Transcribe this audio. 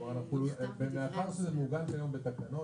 כלומר, מאחר שזה מעוגן כיום בתקנות